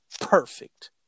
perfect